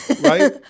right